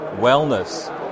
wellness